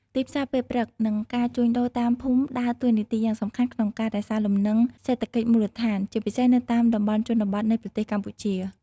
ទីផ្សារពេលព្រឹក និងការជួញដូរតាមភូមិដើរតួនាទីយ៉ាងសំខាន់ក្នុងការរក្សាលំនឹងសេដ្ឋកិច្ចមូលដ្ឋាន ជាពិសេសនៅតាមតំបន់ជនបទនៃប្រទេសកម្ពុជា។